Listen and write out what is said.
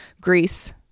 Greece